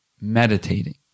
meditating